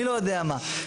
אני לא יודע מה.